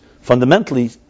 fundamentally